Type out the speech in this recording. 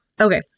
Okay